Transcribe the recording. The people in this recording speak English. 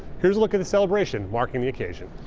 here's a look at the celebration marking the occasion.